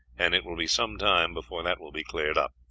and it will be some time before that will be cleared up.